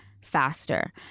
faster